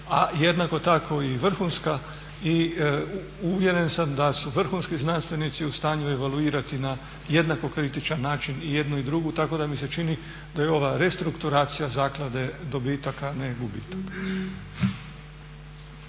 a jednako tako i vrhunska. I uvjeren sam da su vrhunski znanstvenici u stanju evaluirati na jednako kritičan način i jednu i drugu tako da mi se čini da je ovo restrukturacija zaklade dobitak, a ne gubitak.